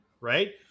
right